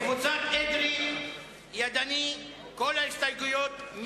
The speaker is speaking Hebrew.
קבוצת אדרי, ידנית, כל ההסתייגויות.